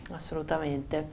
Assolutamente